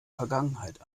vergangenheit